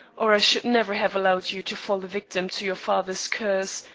or i should never have allowed you to fall a victim to your father's curse,